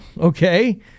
Okay